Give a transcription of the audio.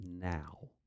now